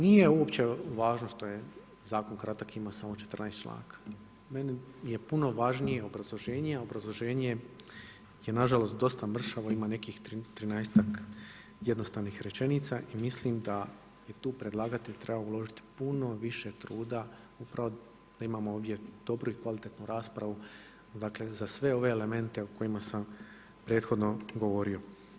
Nije uopće važno što je zakon kratak i ima samo 14 članaka, meni je puno važnije obrazloženje, a obrazloženje je nažalost dosta mršavo, ima nekih trinaestak jednostavnih rečenica i mislim da je tu predlagatelj trebao uložiti puno više truda upravo da imamo ovdje dobru i kvalitetnu raspravu za sve ove elemente o kojima sam prethodno govorio.